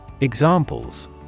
Examples